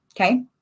okay